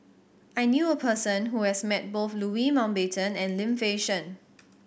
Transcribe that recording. I knew a person who has met both Louis Mountbatten and Lim Fei Shen